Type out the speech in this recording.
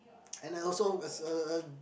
and I also as a a